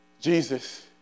Jesus